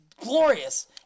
Glorious